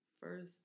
first